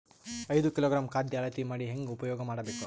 ಐದು ಕಿಲೋಗ್ರಾಂ ಖಾದ್ಯ ಅಳತಿ ಮಾಡಿ ಹೇಂಗ ಉಪಯೋಗ ಮಾಡಬೇಕು?